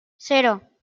cero